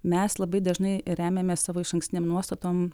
mes labai dažnai remiamės savo išankstinėm nuostatom